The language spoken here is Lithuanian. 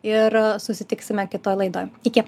ir susitiksime kitoj laidoj iki